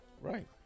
Right